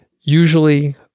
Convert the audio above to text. usually